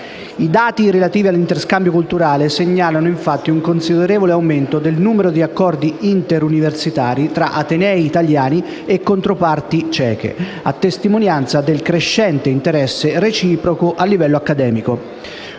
I dati relativi all'interscambio culturale segnalano infatti un considerevole aumento del numero di accordi interuniversitari tra atenei italiani e controparti ceche, a testimonianza del crescente interesse reciproco a livello accademico.